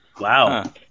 Wow